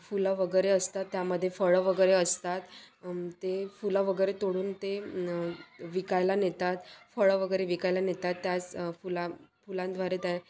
फुलं वगैरे असतात त्यामध्ये फळं वगैरे असतात ते फुलं वगैरे तोडून ते विकायला नेतात फळं वगैरे विकायला नेतात त्याच फुला फुलांद्वारे त्या